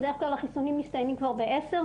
בדרך כלל החיסונים מסתיימים כבר בעשר,